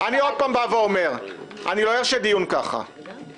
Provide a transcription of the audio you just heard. אני עוד פעם בא ואומר שאני לא ארשה לדיון להתנהל כך.